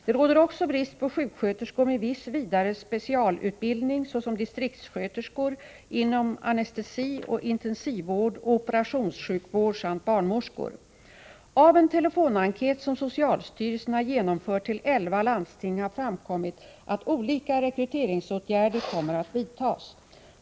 Det råder också brist på sjuksköterskor med viss vidare-/specialutbildning, såsom distriktssköterskor, inom anestesioch intensivvård och operationssjukvård samt barnmorskor. Av en telefonenkät som socialstyrelsen har genomfört till elva landsting har framkommit att olika rekryteringsåtgärder kommer att vidtas.